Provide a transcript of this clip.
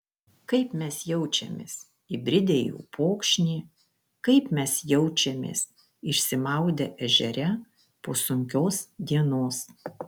kaip mes jaučiamės įbridę į upokšnį kaip mes jaučiamės išsimaudę ežere po sunkios dienos